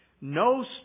No